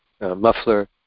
muffler